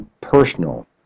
personal